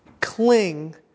Cling